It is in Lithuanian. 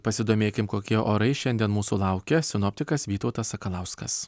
pasidomėkim kokie orai šiandien mūsų laukia sinoptikas vytautas sakalauskas